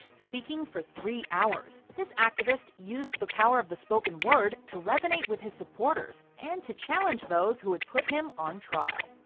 speaking for three hours this activist used the power of the spoken word to resonate with his supporters and to challenge those who had put him on trial.